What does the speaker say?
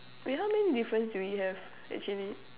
wait how many difference do we have actually